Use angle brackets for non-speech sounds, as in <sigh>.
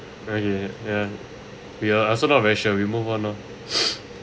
ya ya ya ya we are also not very sure we move on orh <breath>